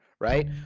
right